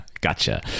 Gotcha